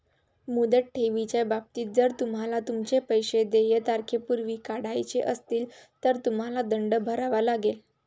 मुदत ठेवीच्या बाबतीत, जर तुम्हाला तुमचे पैसे देय तारखेपूर्वी काढायचे असतील, तर तुम्हाला दंड भरावा लागेल